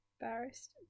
Embarrassed